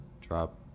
drop